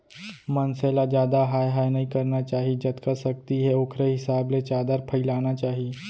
मनसे ल जादा हाय हाय नइ करना चाही जतका सक्ति हे ओखरे हिसाब ले चादर फइलाना चाही